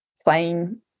playing